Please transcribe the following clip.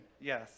Yes